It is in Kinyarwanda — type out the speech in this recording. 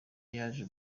yaje